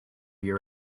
you